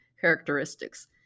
characteristics